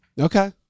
okay